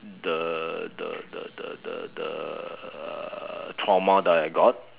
the the the the the the uh trauma that I got